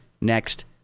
next